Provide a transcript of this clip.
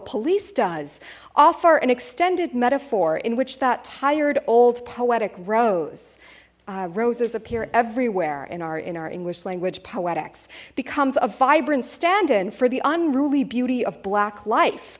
police does offer an extended metaphor in which that tired old poetic rose roses appear everywhere in our in our english language poetics becomes a vibrant stand in for the unruly beauty of black life